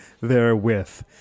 therewith